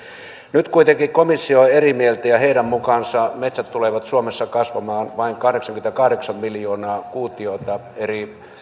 nyt kuitenkin komissio on eri mieltä ja heidän mukaansa metsät tulevat suomessa kasvamaan vain kahdeksankymmentäkahdeksan miljoonaa kuutiota